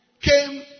came